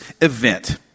event